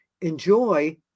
enjoy